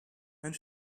and